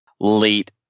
late